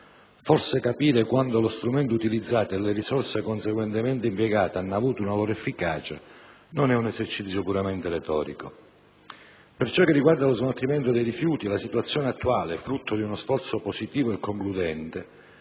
Forse, capire quanto lo strumento utilizzato e le risorse conseguentemente impiegate hanno avuto una loro efficacia non è esercizio puramente retorico. Per ciò che riguarda lo smaltimento dei rifiuti, la situazione attuale, frutto di uno sforzo positivo e concludente,